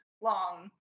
long